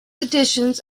editions